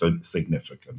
significant